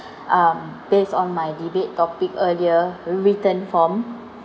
uh based on my debate topic earlier written form